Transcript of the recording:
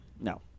No